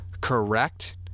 correct